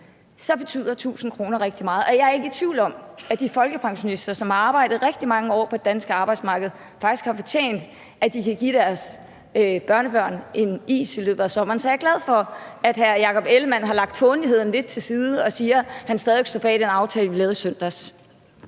så betyder 1.000 kr. rigtig meget. Jeg er ikke i tvivl om, at de folkepensionister, som har arbejdet rigtig mange år på det danske arbejdsmarked, faktisk har fortjent at kunne give deres børnebørn en is i løbet af sommeren. Så jeg er glad for, at hr. Jakob Ellemann-Jensen har lagt det hånlige lidt til side og siger, at han stadig står bag den aftale, vi lavede i søndags.